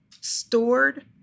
stored